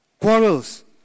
quarrels